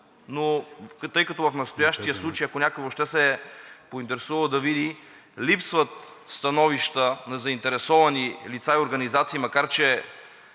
но тъй като в настоящия случай, ако някой въобще се поинтересува да види, липсват становища на заинтересовани лица и организации, макар че